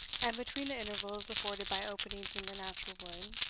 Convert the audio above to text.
and between the intervals afforded by openings in the natural wood,